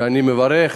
ואני מברך,